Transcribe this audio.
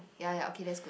ya ya ya okay that's good